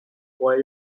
boil